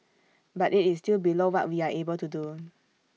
but IT is still below what we are able to do